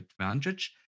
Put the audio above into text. advantage